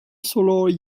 solar